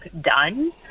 done